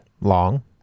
Long